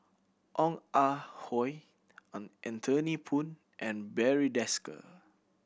Ong Ah Hoi an Anthony Poon and Barry Desker